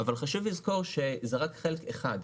אבל חשוב לזכור שזה רק חלק אחד.